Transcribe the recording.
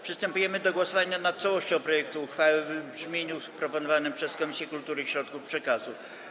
Przystępujemy do głosowania nad całością projektu uchwały w brzmieniu proponowanym przez Komisję Kultury i Środków Przekazu.